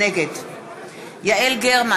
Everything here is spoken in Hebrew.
נגד יעל גרמן,